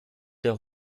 der